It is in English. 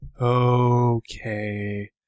Okay